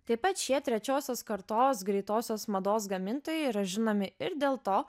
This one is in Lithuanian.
taip pat šie trečiosios kartos greitosios mados gamintojai yra žinomi ir dėl to